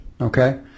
okay